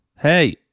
Hey